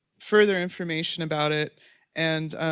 further information about it and,